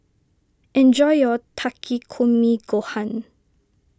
enjoy your Takikomi Gohan